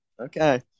Okay